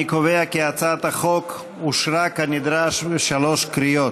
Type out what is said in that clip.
אני קובע כי הצעת החוק אושרה כנדרש בשלוש קריאות.